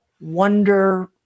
wonder